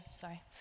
sorry